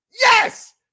Yes